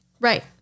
Right